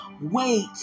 wait